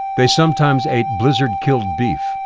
they sometimes ate blizzard-killed beef,